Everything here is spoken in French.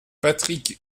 patrick